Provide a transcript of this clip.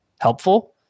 helpful